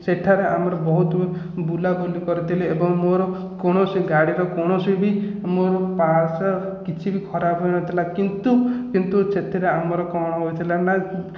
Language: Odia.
ସେଠାରେ ଆମର ବହୁତ ବୁଲାବୁଲି କରିଥିଲି ଏବଂ ମୋର କୌଣସି ଗାଡ଼ିର କୌଣସି ବି ମୋର ପାର୍ଟ କିଛି ଖରାପ ହୋଇନଥିଲା କିନ୍ତୁ କିନ୍ତୁ ସେଥିରେ ଆମର କ'ଣ ହୋଇଥିଲା ନା